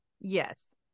Yes